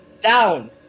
down